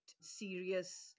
serious